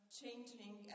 changing